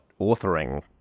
authoring